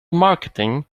marketing